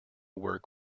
work